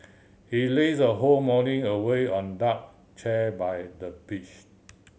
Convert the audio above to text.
she lazed her whole morning away on deck chair by the beach